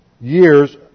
years